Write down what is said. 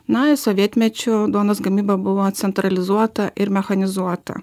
na sovietmečiu duonos gamyba buvo centralizuota ir mechanizuota